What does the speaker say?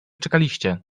czekaliście